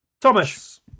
Thomas